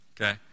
okay